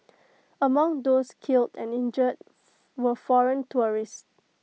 among those killed and injured were foreign tourists